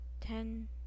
Ten